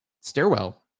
stairwell